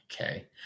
Okay